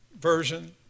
version